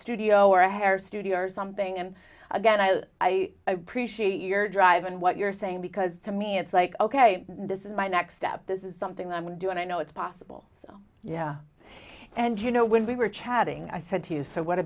studio or a hair studio or something and again i i appreciate your drive and what you're saying because to me it's like ok this is my next step this is something i would do and i know it's possible yeah and you know when we were chatting i said to you so what